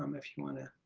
um if you want to